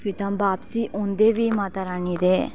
फ्ही तां बापसी औंदे बी माता रानी दे